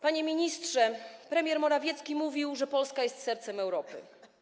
Panie ministrze, premier Morawiecki mówił, że Polska jest sercem Europy.